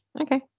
okay